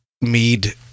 mead